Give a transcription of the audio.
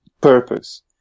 purpose